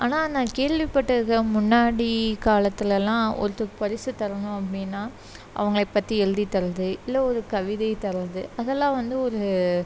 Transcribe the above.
ஆனால் நான் கேள்விப்பட்டிருக்கேன் முன்னாடி காலத்துலல்லாம் ஒருத்தவங்க பரிசு தரணும் அப்படின்னா அவங்கள பற்றி எழுதி தரது இல்லை ஒரு கவிதை தரது அதெல்லாம் வந்து ஒரு